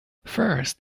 first